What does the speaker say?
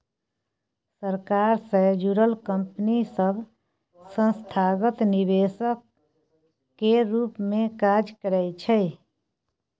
सरकार सँ जुड़ल कंपनी सब संस्थागत निवेशक केर रूप मे काज करइ छै